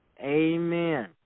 Amen